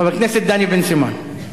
חבר הכנסת דני בן-סימון.